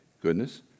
goodness